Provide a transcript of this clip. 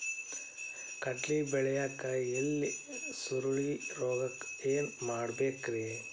ಕಡ್ಲಿ ಬೆಳಿಯಾಗ ಎಲಿ ಸುರುಳಿರೋಗಕ್ಕ ಏನ್ ಮಾಡಬೇಕ್ರಿ?